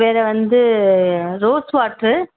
வேறு வந்து rose water